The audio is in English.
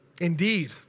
indeed